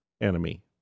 enemy